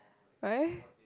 why